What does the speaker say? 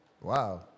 wow